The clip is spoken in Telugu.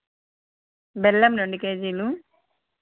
బెల్లం రెండు కేజీలు